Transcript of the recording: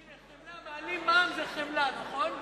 מעלים מע"מ זה חמלה, נכון?